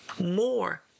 more